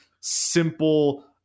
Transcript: simple